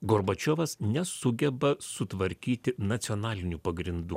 gorbačiovas nesugeba sutvarkyti nacionalinių pagrindų